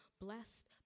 blessed